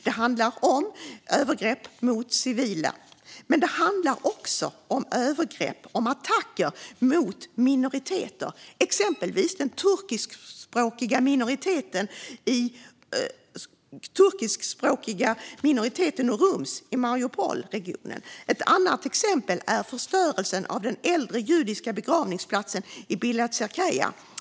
Det handlar om övergrepp mot civila men också om övergrepp och attacker mot minoriteter, exempelvis den turkiskspråkiga minoriteten urumer i Mariupolregionen. Ett annat exempel är förstörelsen av den äldre judiska begravningsplatsen i Bila Tserkva.